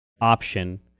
option